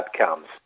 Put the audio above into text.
outcomes